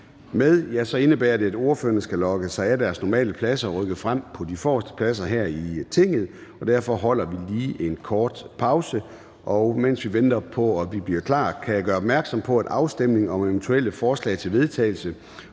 med, indebærer det, at ordførerne skal logge sig af deres normale pladser og rykke frem på de forreste pladser her i Tinget. Derfor holder vi lige en kort pause. Mens vi venter på at blive klar, kan jeg gøre opmærksom på, at afstemning om eventuelle forslag til vedtagelse